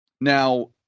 Now